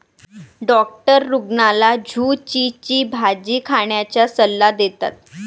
doctor रुग्णाला झुचीची भाजी खाण्याचा सल्ला देतात